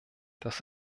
das